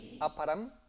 Aparam